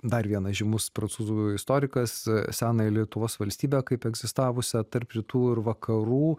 dar vienas žymus prancūzų istorikas senąją lietuvos valstybę kaip egzistavusią tarp rytų ir vakarų